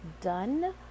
done